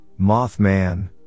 mothman